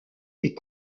est